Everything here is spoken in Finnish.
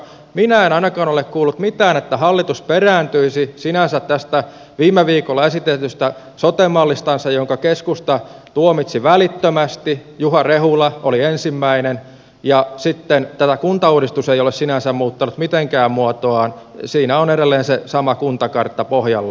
minä en ainakaan ole kuullut mitään että hallitus perääntyisi sinänsä tästä viime viikolla esitetystä sote mallistansa jonka keskusta tuomitsi välittömästi juha rehula oli ensimmäinen ja tämä kuntauudistus ei ole sinänsä muuttanut mitenkään muotoaan siinä on edelleen se sama kuntakartta pohjalla